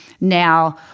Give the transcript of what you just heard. now